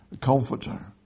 comforter